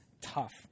tough